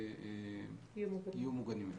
יהיו מוגנים יותר.